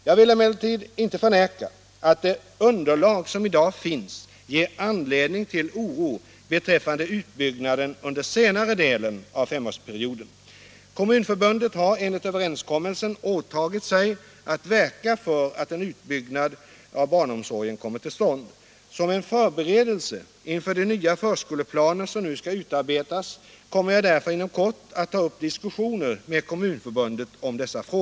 Jag vill emellertid inte förneka att det underlag som i dag finns ger anledning till oro beträffande utbyggnaden under den = Nr 76 senare delen av femårsperioden. Kommunförbundet har enligt överens Tisdagen den kommelsen åtagit sig att verka för att en utbyggnad av barnomsorgen 1 mars 1977 kommer till stånd. Som en förberedelse inför de nya förskoleplaner som I nu skall utarbetas kommer jag därför inom kort att ta upp diskussioner Om utbyggnaden av med Kommunförbundet om dessa frågor.